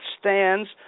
stands